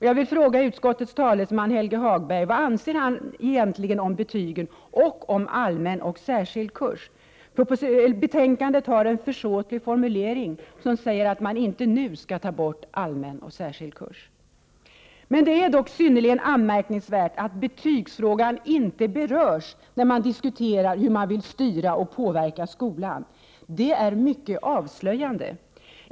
Jag vill fråga utskottets talesman Helge Hagberg vad han egentligen anser om betygen och om allmän och särskild kurs? Betänkandet har en försåtlig formulering som säger att man inte nu skall ta bort allmän och särskild kurs. Det är dock synnerligen anmärkningsvärt att betygsfrågan inte berörs när man diskuterar hur man vill styra och påverka skolan. Det är mycket avslöjande.